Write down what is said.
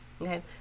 Okay